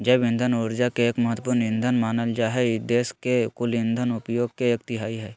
जैव इंधन ऊर्जा के एक महत्त्वपूर्ण ईंधन मानल जा हई देश के कुल इंधन उपयोग के एक तिहाई हई